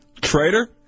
Traitor